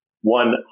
one